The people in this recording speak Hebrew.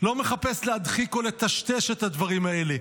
הוא לא מחפש להדחיק או לטשטש את הדברים האלה.